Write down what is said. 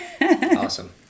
Awesome